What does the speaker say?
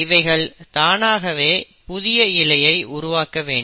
இவைகள் தானாகவே புதிய இழையை உருவாக்க வேண்டும்